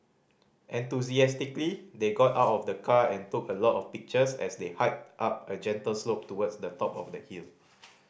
enthusiastically they got out of the car and took a lot of pictures as they hiked up a gentle slope towards the top of the hill